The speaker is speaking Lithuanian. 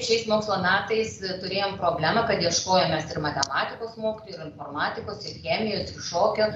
šiais mokslo metais turėjoe problemą kad ieškojom mes ir matematikos mokytojų ir informatikos ir chemijos ir šokio